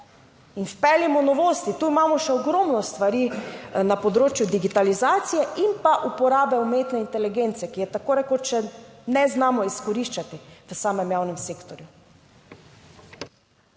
in vpeljimo novosti. Tu imamo še ogromno stvari na področju digitalizacije in pa uporabe umetne inteligence, ki je tako rekoč še ne znamo izkoriščati v samem javnem sektorju.